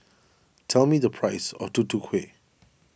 tell me the price of Tutu Kueh